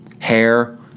hair